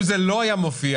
אם זה לא היה מופיע,